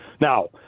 Now